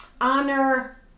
honor